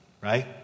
right